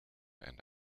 and